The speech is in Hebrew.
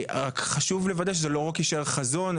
רק חשוב לוודא שזה לא רק יישאר חזון,